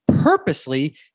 purposely